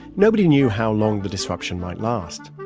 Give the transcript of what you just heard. nobody knew how long the disruption might last.